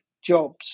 jobs